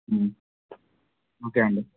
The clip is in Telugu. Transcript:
ఓకే అండి